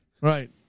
Right